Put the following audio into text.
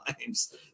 times